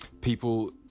people